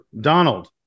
Donald